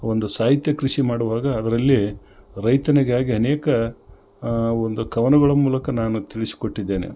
ಒಂದು ಸಾಹಿತ್ಯ ಕೃಷಿ ಮಾಡುವಾಗ ಅದರಲ್ಲಿ ರೈತನಿಗಾಗಿ ಅನೇಕ ಒಂದು ಕವನಗಳ ಮೂಲಕ ನಾನು ತಿಳಿಸ್ಕೊಟ್ಟಿದ್ದೇನೆ